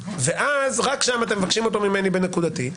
ואז רק שם אתם מבקשים אותו ממני נקודתי.